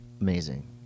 Amazing